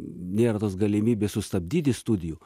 nėra tos galimybės sustabdyti studijų